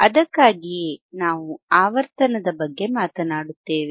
ಅದಕ್ಕಾಗಿಯೇ ನಾವು ಆವರ್ತನದ ಬಗ್ಗೆ ಮಾತನಾಡುತ್ತೇವೆ